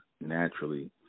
naturally